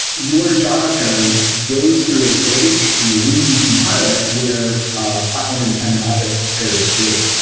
your java code goes through a stage you know when you compile it where ah platform independent object code is created, right?